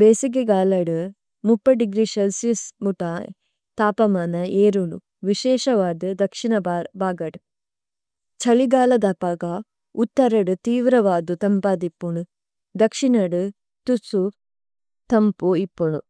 ഭേസിഗേ ഗാലദു മുപ്പത്°ഛ് മുത തപമാന ഏരുനു। വിśഏṣഅവദു ദക്ṣഇന ബഗദ। ഛ്ഹലിഗാലദ ബഗ ഉത്തരദ തിവ്രവദ തമ്പദി ഇപുലു। ദക്ṣഇനദ തുസ്സു തമ്പു ഇപുലു।